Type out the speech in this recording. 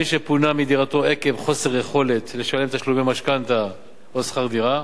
מי שפונה מדירתו עקב חוסר יכולת לשלם תשלומי משכנתה או שכר דירה,